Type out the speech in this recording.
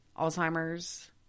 Alzheimer's